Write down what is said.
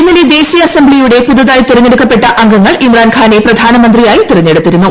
ഇന്നലെ ദേശീയ അസംബ്ലിയുടെ പുതുതായി തെരഞ്ഞെടുക്കപ്പെട്ട അംഗങ്ങൾ ഇമ്രാൻഖാനെ പ്രധാനമന്ത്രിയായി തെരഞ്ഞെടുത്തിരുന്നു